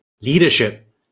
Leadership